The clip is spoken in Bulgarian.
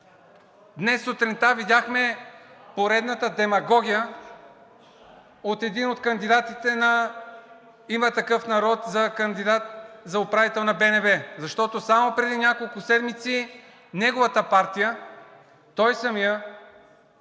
Днес сутринта видяхме поредната демагогия от един от кандидатите на „Има такъв народ“ за управител на БНБ, защото само преди няколко седмици неговата партия, той самият,